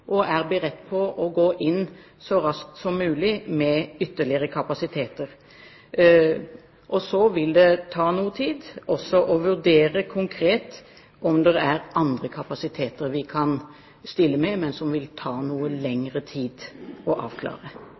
og er beredt til å gå inn så raskt som mulig med ytterligere kapasiteter. Og så vil det ta noe tid å vurdere konkret om det er andre kapasiteter vi kan stille med, men som vil ta noe lengre tid å avklare.